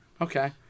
Okay